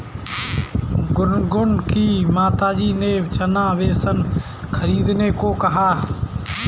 गुनगुन की माताजी ने चना बेसन खरीदने को कहा